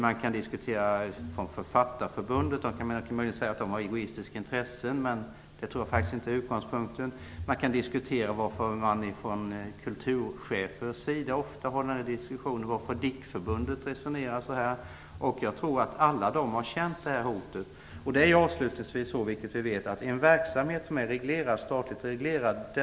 Man kan säga att Författarförbundets intresse är egoistiskt, men jag tror inte att det är utgångspunkten. Man kan undra varför kulturchefer ofta för den här diskussionen och varför DIK-förbundet resonerar som man gör. Jag tror att de alla har känt detta hot. Avslutningsvis vet vi att kommunerna genomför verksamhet som är statligt reglerad.